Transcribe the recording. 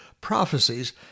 prophecies